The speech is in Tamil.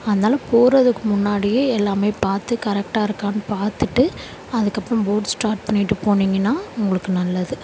அதனால் போகிறதுக்கு முன்னாடியே எல்லாமே பார்த்து கரெக்டாக இருக்கான்னு பார்த்துட்டு அதுக்கப்புறம் போட் ஸ்டார்ட் பண்ணிவிட்டு போனீங்கன்னால் உங்களுக்கு நல்லது